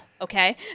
Okay